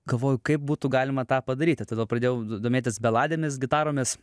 galvoju kaip būtų galima tą padaryti todėl pradėjau domėtis beladėmis gitaromis